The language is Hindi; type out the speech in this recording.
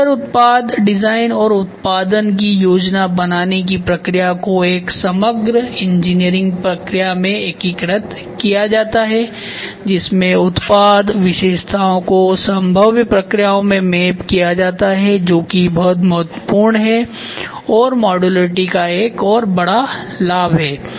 मॉड्यूलर उत्पाद डिजाइन और उत्पादन की योजना बनाने की प्रक्रिया को एक समग्र इंजीनियरिंग प्रक्रिया में एकीकृत किया जाता है जिसमें उत्पाद विशेषताओं को संभव्य प्रक्रियाओं में मैप किया जाता है जो की बहुत महत्वपूर्ण है और मॉडुलरिटी का एक और बड़ा लाभ है